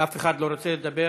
אף אחד לא רוצה לדבר.